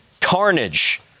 Carnage